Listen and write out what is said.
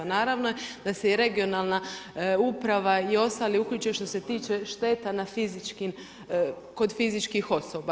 Naravno da se i regionalna uprava i ostali uključe što se tiče šteta na fizičkim, kod fizičkih osoba.